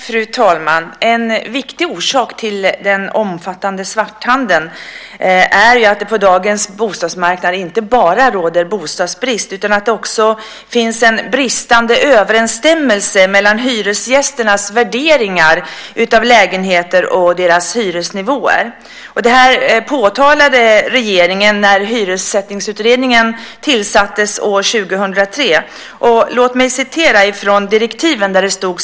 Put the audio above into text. Fru talman! En viktig orsak till den omfattande svarthandeln är att det på dagens bostadsmarknad inte bara råder bostadsbrist utan också att det finns en bristande överensstämmelse mellan hyresgästernas värderingar av lägenheter och deras hyresnivåer. Det påtalade regeringen när Hyressättningsutredningen tillsattes år 2003. Låt mig citera ur direktiven till utredningen.